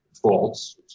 faults